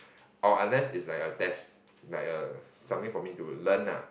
or unless is like a test like a something for me to learn lah